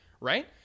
Right